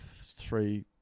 three